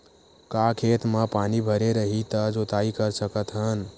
का खेत म पानी भरे रही त जोताई कर सकत हन?